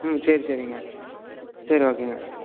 ம் சரி சரிங்க சரி ஓகேங்க